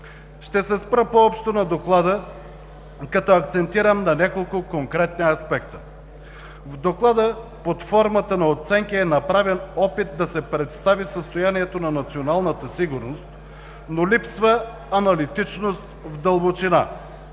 Ще се спра по-общо на Доклада като акцентирам на няколко конкретни аспекта. В Доклада, под формата на оценки, е направен опит да се представи състоянието на националната сигурност, но липсва аналитичност в дълбочина.